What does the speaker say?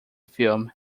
film